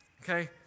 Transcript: Okay